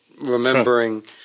remembering